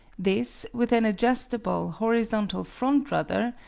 this, with an adjustable, horizontal front rudder,